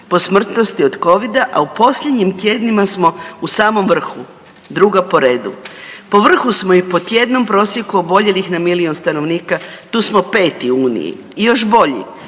po smrtnosti od Covida, a u posljednjim tjednima smo u samom vrhu, druga po redu. Po vrhu smo i po tjednom prosjeku oboljelih na milion stanovnika, tu smo 5 u uniji i još bolji